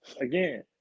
again